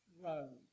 Rome